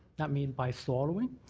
that means by swallowing.